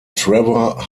trevor